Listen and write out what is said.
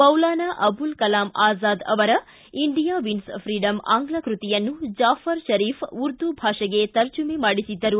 ಮೌಲಾನ ಅಬುಲ್ ಕಲಾಮ್ ಅಝಾದ್ ಅವರ India wins freedom ಆಂಗ್ಲ ಕೃತಿಯನ್ನು ಜಾಫರ್ ಶರೀಫ್ ಉರ್ದು ಭಾಷೆಗೆ ತರ್ಜುಮೆ ಮಾಡಿಸಿದ್ದರು